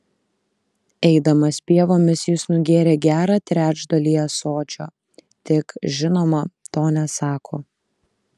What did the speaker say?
eidamas pievomis jis nugėrė gerą trečdalį ąsočio tik žinoma to nesako